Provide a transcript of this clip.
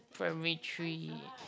primary three